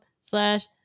slash